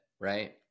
right